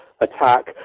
attack